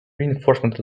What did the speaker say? reinforcement